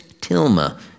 tilma